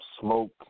smoke